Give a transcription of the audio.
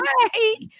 Hi